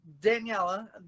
Daniela